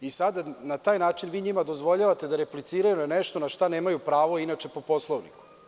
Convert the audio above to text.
Na taj način vi njima dozvoljavate da repliciraju na nešto na šta nemaju pravo inače po Poslovniku.